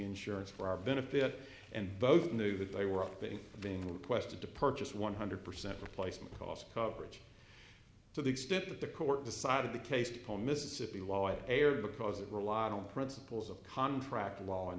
insurance for our benefit and both knew that they were often being requested to purchase one hundred percent replacement cost coverage to the extent that the court decided the case the mississippi law erred because it relied on principles of contract law and